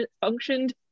functioned